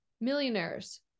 Millionaires